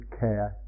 care